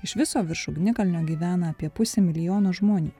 iš viso virš ugnikalnio gyvena apie pusė milijono žmonių